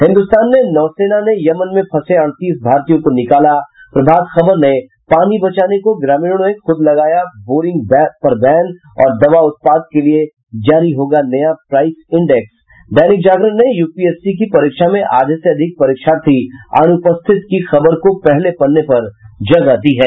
हिन्दुस्तान ने नौसेना ने यमन में फंसे अड़तीस भारतीयों को निकाला प्रभात खबर ने पानी बचाने को ग्रामीणों ने खुद लगाया बोरिंग पर बैन और दवा उत्पाद के लिये जारी होगा नया प्राईस इंडेक्स दैनिक जागरण ने यूपीएससी की परीक्षा में आधे से अधिक परीक्षार्थी अनुपस्थित की खबर को पहले पन्ने पर जगह दी है